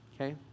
Okay